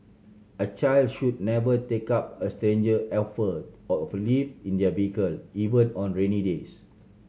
a child should never take up a stranger offer of a lift in their vehicle even on rainy days